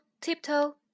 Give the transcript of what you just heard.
tiptoe